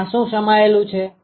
તેમાં શું સમાયેલું છે